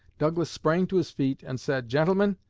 douglas sprang to his feet and said gentlemen,